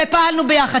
ופעלנו ביחד,